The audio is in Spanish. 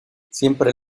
siempre